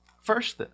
First